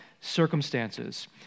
circumstances